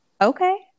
Okay